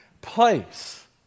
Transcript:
place